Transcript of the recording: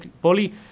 bully